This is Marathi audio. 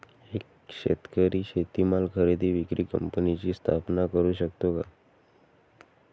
एक शेतकरी शेतीमाल खरेदी विक्री कंपनीची स्थापना करु शकतो का?